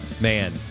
Man